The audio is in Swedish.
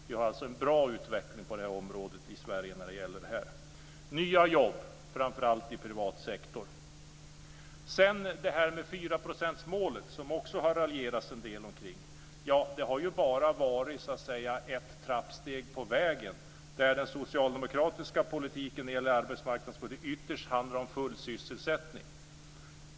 Vi har en bra utveckling i Sverige på det området. Det är nya jobb i framför allt privat sektor. Det har också raljerats en del kring 4 procentsmålet. Det har bara varit ett trappsteg på vägen. Den socialdemokratiska politiken för arbetsmarknaden handlar ytterst om full sysselsättning.